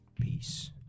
Peace